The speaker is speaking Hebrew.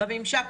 בממשק.